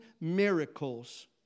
miracles